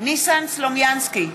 ניסן סלומינסקי,